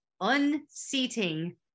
unseating